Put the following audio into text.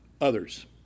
others